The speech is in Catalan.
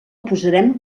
posarem